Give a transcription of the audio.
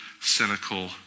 cynical